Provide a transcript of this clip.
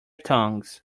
tongues